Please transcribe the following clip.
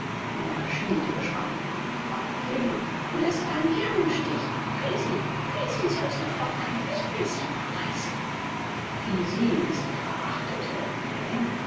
er schielte gespannt feigling du läßt deinen herrn im stich fisi fisi sollst du fortan und nicht mehr simon heißen fisi ist die verachtete hyäne